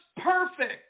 perfect